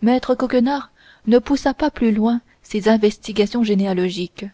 maître coquenard ne poussa pas plus loin ses investigations généalogiques